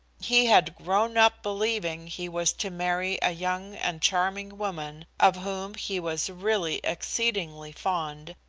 he had grown up believing he was to marry a young and charming woman of whom he was really exceedingly fond,